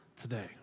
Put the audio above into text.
today